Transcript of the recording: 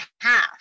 half